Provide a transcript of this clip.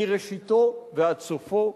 מראשיתו ועד סופו,